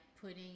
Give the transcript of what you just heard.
putting